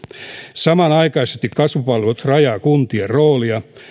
samanaikaisesti kasvupalvelut rajaavat kuntien roolia